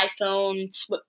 iPhone